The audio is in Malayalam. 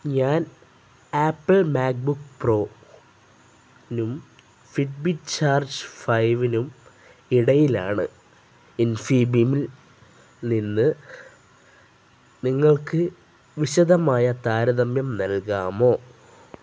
ഞാൻ ആപ്പിൾ മാക്ബുക്ക് പ്രോയിനും ഫിറ്റ്ബിറ്റ് ചാർജ് ഫൈവിനും ഇടയിലാണ് ഇൻഫിബീമില്നിന്നു നിങ്ങൾക്കു വിശദമായ താരതമ്യം നൽകാമോ